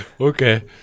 okay